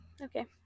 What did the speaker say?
Okay